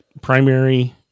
primary